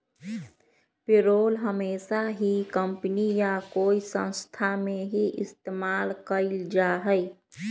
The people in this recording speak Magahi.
पेरोल हमेशा ही कम्पनी या कोई संस्था में ही इस्तेमाल कइल जाहई